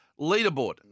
Leaderboard